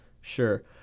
Sure